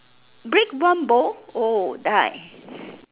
break one bowl oh die